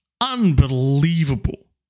unbelievable